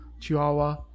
Chihuahua